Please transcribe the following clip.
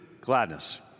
gladness